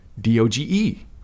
D-O-G-E